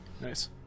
Nice